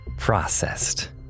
Processed